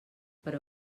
però